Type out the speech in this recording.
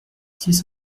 six